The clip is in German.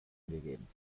angegeben